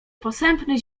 posępny